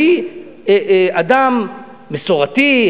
אני אדם מסורתי,